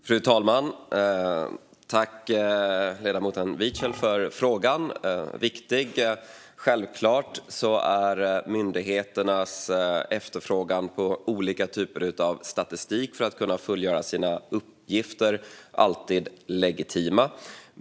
Fru talman! Tack, ledamoten Wiechel, för den viktiga frågan! Självklart är myndigheternas efterfrågan på olika typer av statistik för att kunna fullgöra sina uppgifter alltid legitim.